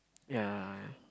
yeah